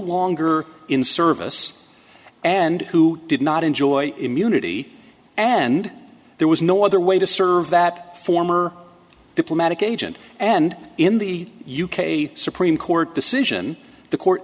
longer in service and who did not enjoy immunity and there was no other way to serve that former diplomatic agent and in the u k a supreme court decision the court